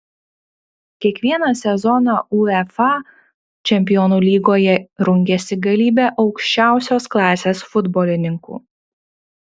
kiekvieną sezoną uefa čempionų lygoje rungiasi galybė aukščiausios klasės futbolininkų